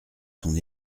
son